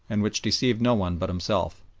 and which deceived no one but himself.